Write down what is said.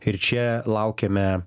ir čia laukiame